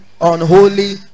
unholy